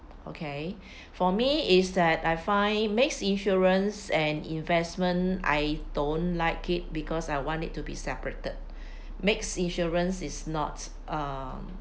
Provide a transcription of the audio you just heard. okay for me is that I find mix insurance and investment I don't like it because I want it to be separated mix insurance is not uh